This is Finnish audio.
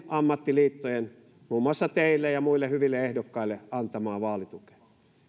ammattiliittojen muun muassa teille ja muille hyville ehdokkaille antamaan vaalitukeen